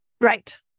Right